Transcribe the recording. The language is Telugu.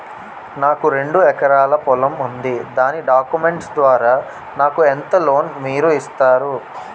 నాకు రెండు ఎకరాల పొలం ఉంది దాని డాక్యుమెంట్స్ ద్వారా నాకు ఎంత లోన్ మీరు ఇస్తారు?